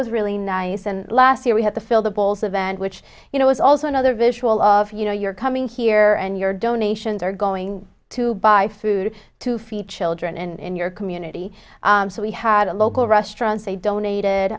was really nice and last year we had the fill the bowls event which you know is also another visual of you know you're coming here and your donations are going to buy food to feed children and in your community so we had a local restaurant they donated